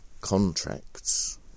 contracts